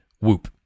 Whoop